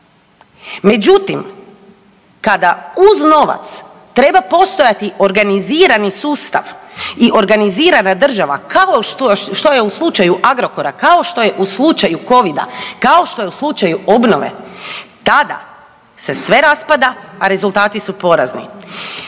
Međutim, kada uz novac treba postojati organizirani sustav i organizirana država kao što je u slučaju Agrokora, kao što je u slučaju covida, kao što je u slučaju obnove, tada se sve raspada a rezultati su porazni.